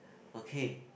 okay